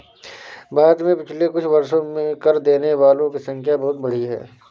भारत में पिछले कुछ वर्षों में कर देने वालों की संख्या बहुत बढ़ी है